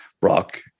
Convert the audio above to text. Brock